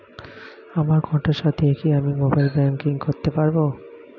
আমার কন্ঠস্বর দিয়ে কি আমি মোবাইলে ব্যাংকিং করতে পারবো?